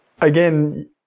Again